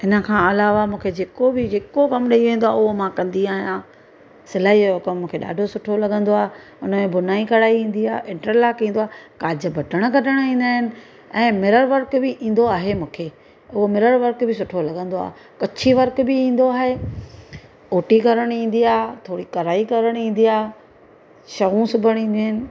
हिन खां अलावा मूंखे जेको बि जेको कमु ॾेई वेंदो आहे उहो मां कंदी आहियां सिलाईअ जो कमु मूंखे ॾाढो सुठो लॻंदो आहे हुनजी बुनाई कढ़ाई ईंदी आहे इंटरलॉक ईंदो आहे काज बटण कढण ईंदा आहिनि ऐं मिरर वर्क बि ईंदो आहे मूंखे उहो मिरर वर्क बि सुठो लॻंदो आहे कच्छी वर्क बि ईंदो आहे ओटी करणु ईंदी आहे थोरी कढ़ाई करणु ईंदी आहे छवूं सिबण ईंदियूं आहिनि